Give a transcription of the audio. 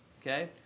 okay